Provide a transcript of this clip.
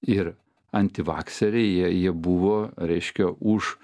ir antivakseriai jie buvo reiškia už